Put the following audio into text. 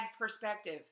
perspective